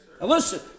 Listen